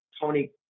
Tony